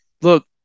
look